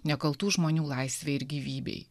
nekaltų žmonių laisvei ir gyvybei